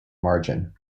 margin